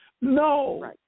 No